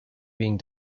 being